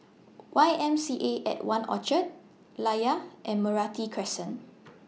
Y M C A At one Orchard Layar and Meranti Crescent